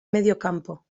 mediocampo